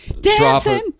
Dancing